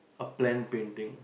a plain painting